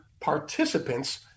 participants